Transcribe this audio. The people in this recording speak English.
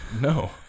No